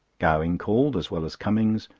gowing called, as well as cummings,